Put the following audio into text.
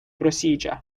procedure